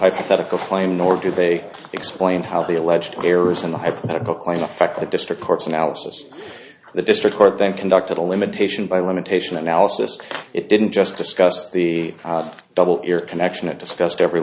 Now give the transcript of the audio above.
hypothetical claim nor do they explain how the alleged errors in the hypothetical claim affect the district courts analysis of the district court then conduct the limitation by limitation analysis it didn't just discussed the double ear connection it discussed every